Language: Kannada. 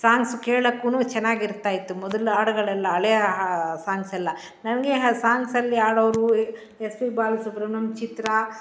ಸಾಂಗ್ಸ್ ಕೆಳೋಕ್ಕೂ ಚೆನ್ನಾಗಿರ್ತಾಯಿತ್ತು ಮೊದ್ಲು ಹಾಡುಗಳೆಲ್ಲ ಹಳೆಯ ಸಾಂಗ್ಸ್ ಎಲ್ಲ ನನ್ಗೆ ಸಾಂಗ್ಸಲ್ಲಿ ಹಾಡೋವ್ರು ಎಸ್ ಪಿ ಬಾಲ ಸುಬ್ರಹ್ಮಣ್ಯಮ್ ಚಿತ್ರ